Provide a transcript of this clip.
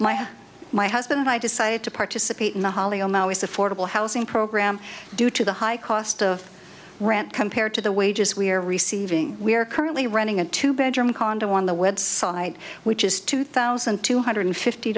house my husband and i decided to participate in the holly on now is affordable housing program due to the high cost of rent compared to the wages we are receiving we are currently running a two bedroom condo on the website which is two thousand two hundred fifty